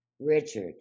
Richard